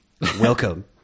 welcome